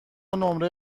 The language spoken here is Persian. نمره